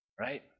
right